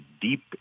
deep